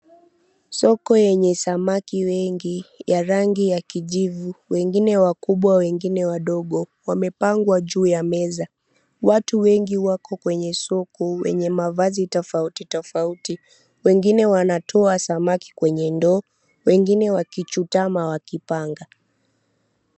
Soko yenye samaki wengi ya rangi ya kijivu, wengine wakubwa, wengine wadogo. Wamepangwa juu ya meza. Watu wengi wako kwenye soko wenye mavazi tofauti tofauti, wengine wanatoa samaki kwenye ndoo, wengine wakichutama wakipanga.